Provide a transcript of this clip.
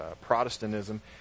Protestantism